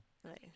like